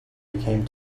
became